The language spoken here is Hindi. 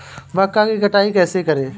मक्का की कटाई कैसे करें?